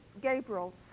Gabriel